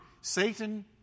Satan